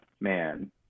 man